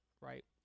right